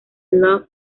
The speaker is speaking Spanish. love